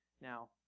Now